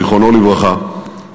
זיכרונו לברכה,